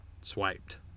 swiped